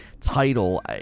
title